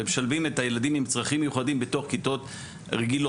והם משלבים את הילדים עם צרכים מיוחדים בתוך כיתות רגילות.